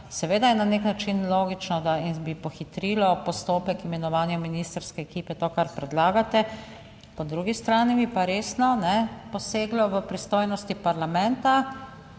Seveda je na nek način logično da, in bi pohitrilo postopek imenovanja ministrske ekipe, to kar predlagate, po drugi strani bi pa resno poseglo v pristojnosti parlamenta,